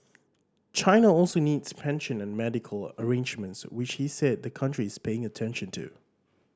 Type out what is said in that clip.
China also needs pension and medical arrangements which he said the country is paying attention to